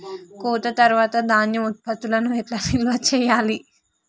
కోత తర్వాత ధాన్యం ఉత్పత్తులను ఎట్లా నిల్వ చేయాలి?